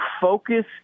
focus